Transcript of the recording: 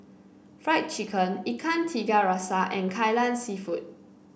Fried Chicken Ikan Tiga Rasa and Kai Lan seafood